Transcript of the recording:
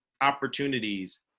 opportunities